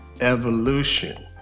evolution